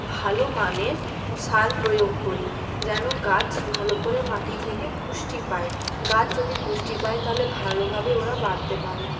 ভালো মানের সার প্রয়োগ করি যেন গাছ ভালো করে মাটি থেকে পুষ্টি পায় গাছ যদি পুষ্টি পায় তাহলে ভালোভাবে ওরা বাড়তে পারে